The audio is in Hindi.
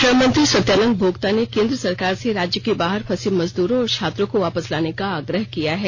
श्रम मंत्री सत्यानंद भोक्ता ने केंद्र सरकार से राज्य के बाहर फंसे मजदूरों और छात्रों को वापस लाने का आग्रह किया है